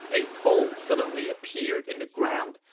a hole suddenly appeared in the ground.